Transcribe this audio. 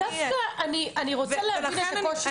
דווקא אני רוצה להבין את הקושי שלך.